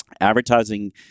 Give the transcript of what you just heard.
advertising